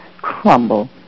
crumble